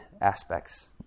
aspects